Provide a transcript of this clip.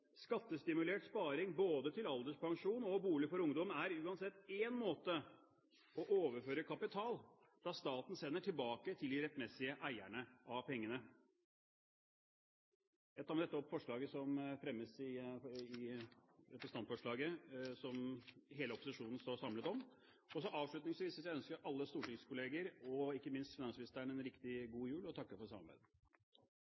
Skattestimulert sparing, både til alderspensjon og bolig for ungdom, er uansett én måte å overføre kapital på fra statens hender tilbake til de rettmessige eierne av pengene. Jeg tar med dette opp forslagene som hele opposisjonen står samlet om. Avslutningsvis vil jeg ønske alle stortingskollegaer og ikke minst finansministeren en riktig